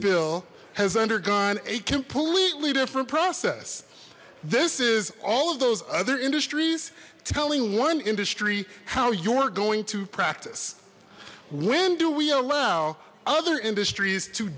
bill has undergone a completely different process this is all of those other industries telling one industry how you're going to practice when do we allow other industries to